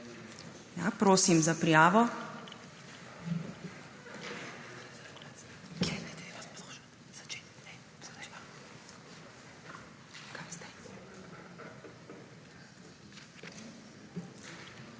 Prosim za prijavo!